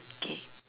K